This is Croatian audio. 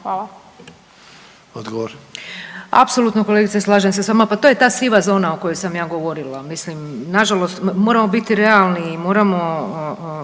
Vesna (HDZ)** Apsolutno kolegice slažem se s vama. Pa to je ta siva zona o kojoj sam ja govorila. Mislim na žalost moramo biti realni i moramo